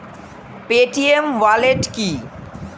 Paytm wallet কি?